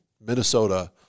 Minnesota